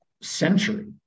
century